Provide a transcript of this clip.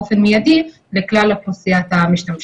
לכלי השב"כ יש פה הסדרה מפורשת, יש פה הסמכה.